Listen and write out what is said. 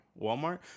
Walmart